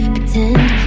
Pretend